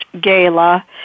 gala